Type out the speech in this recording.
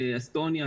אסטוניה,